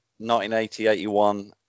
1980-81